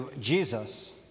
Jesus